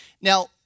Now